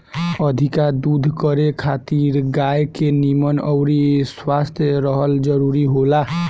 अधिका दूध करे खातिर गाय के निमन अउरी स्वस्थ रहल जरुरी होला